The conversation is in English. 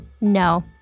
no